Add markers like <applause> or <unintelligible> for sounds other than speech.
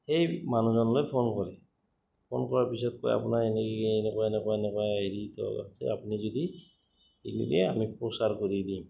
সেই মানুহজনলৈ ফোন কৰে ফোন কৰাৰ পিছত কয় আপোনাৰ এনে এনেকুৱা এনেকুৱা এনেকুৱা হেৰিত আছে আপুনি যদি <unintelligible> আমি প্ৰচাৰ কৰি দিম